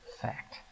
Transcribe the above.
Fact